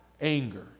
anger